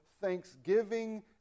thanksgiving